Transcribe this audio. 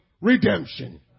redemption